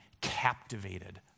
captivated